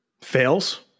fails